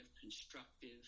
constructive